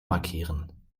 markieren